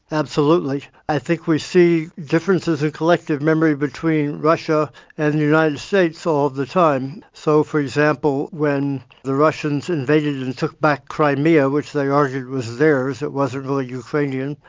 absolutely. i think we see differences in collective memory between russia and the united states all the time. so, for example, when the russians invaded and took back crimea, which they argued was theirs, it wasn't really ukrainian,